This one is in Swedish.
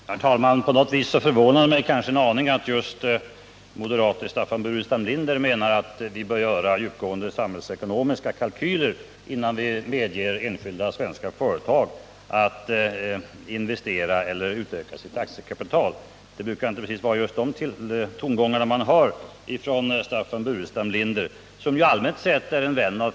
Herr talman! Det förvånar mig en aning att just moderaten Staffan Burenstam Linder menar att vi bör göra djupgående samhällsekonomiska kalkyler innan vi medger enskilda företag att utöka sitt aktiekapital och sin verksamhet utomlands. Det är annars inte precis de tongångarna man brukar höra från Staffan Burenstam Linder, som ju dessutom är en varm vän av frihandel.